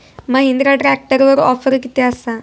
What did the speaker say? महिंद्रा ट्रॅकटरवर ऑफर किती आसा?